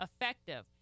effective